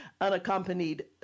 unaccompanied